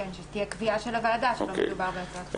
שזו תהיה קביעה של הוועדה שלא מדובר בהצעת חוק תקציבית.